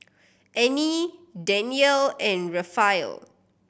Annie Danyell and Raphael